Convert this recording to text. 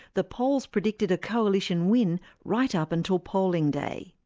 the polls predicted a coalition win right up until polling day.